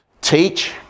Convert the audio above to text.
teach